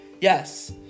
Yes